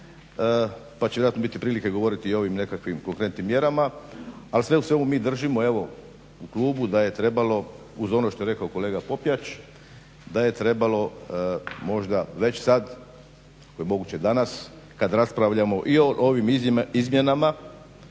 pa će tako biti prilike govoriti o ovim nekakvim konkretnim mjerama. Ali sve u svemu mi držimo evo u klubu da je trebalo uz ono što je rekao kolega Popijač, da je trebalo možda već sad, ako je moguće danas, kad raspravljamo i o ovim izmjenama